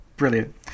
Brilliant